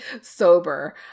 sober